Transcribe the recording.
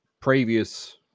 previous